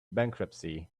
bankruptcy